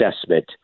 assessment